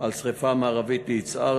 על שרפה מערבית ליצהר,